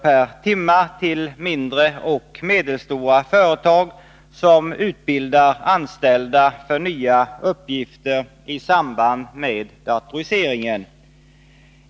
per timme till mindre och medelstora företag som utbildar anställda för nya uppgifter i samband med datorisering.